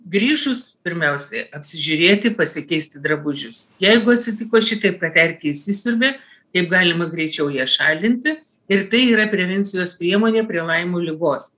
grįžus pirmiausiai apsižiūrėti pasikeisti drabužius jeigu atsitiko šitaip erkė įsisiurbia kaip galima greičiau ją šalinti ir tai yra prevencijos priemonė prie laimo ligos